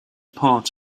part